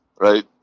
right